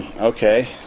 Okay